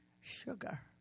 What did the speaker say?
sugar